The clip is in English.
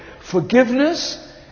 forgiveness